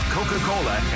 Coca-Cola